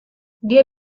dia